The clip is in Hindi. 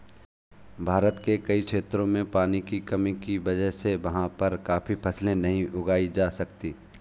भारत के कई क्षेत्रों में पानी की कमी की वजह से वहाँ पर काफी फसलें नहीं उगाई जा सकती